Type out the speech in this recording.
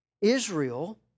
Israel